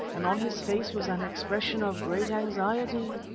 and on his face was an expression of great anxiety.